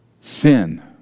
sin